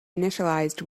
initialized